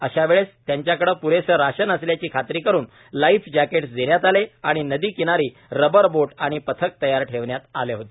अशावेळेस त्यांच्याकडे पुरेसे राशन असल्याची खात्री करून लाईफ जॅकेट्स देण्यात आले आणि नदीकिनारी रबर बोट आणि पथक तयार ठेवण्यात आले होते